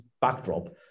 backdrop